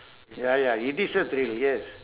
ya ya it is a thrill yes